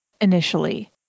initially